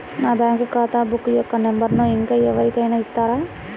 నా బ్యాంక్ ఖాతా బుక్ యొక్క నంబరును ఇంకా ఎవరి కైనా ఇస్తారా?